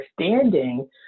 understanding